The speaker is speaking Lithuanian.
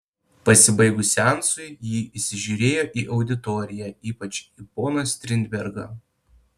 pasibaigus seansui ji įsižiūrėjo į auditoriją ypač į poną strindbergą